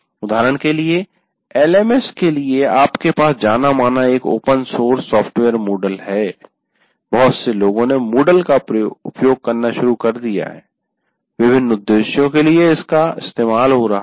उदाहरण के लिए एलएमएस के लिए आपके पास जाना माना एक ओपन सोर्स सॉफ्टवेयर MOODLE हैं बहुत से लोगों ने MOODLE का उपयोग करना शुरू कर दिया है और विभिन्न उद्देश्यों के लिए इसका इस्तेमाल कर रहे है